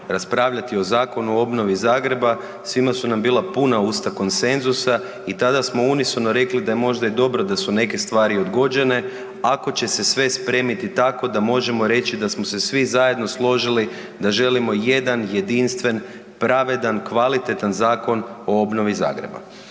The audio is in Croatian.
raspravljati o Zakonu o obnovi Zagreba svima su nam bila puna usta konsenzusa i tada smo unisono rekli da je možda i dobro da su neke stvari odgođene ako će se sve spremiti tako da možemo reći da smo se svi zajedno složili da želimo jedan jedinstven, pravedan, kvalitetan Zakon o obnovi Zagreba.